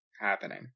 happening